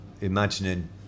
imagining